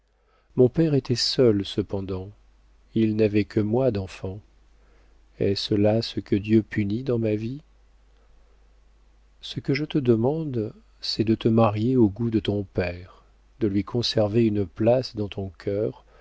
mon père était seul cependant il n'avait que moi d'enfant est-ce là ce que dieu punit dans ma vie ce que je te demande c'est de te marier au goût de ton père de lui conserver une place dans ton cœur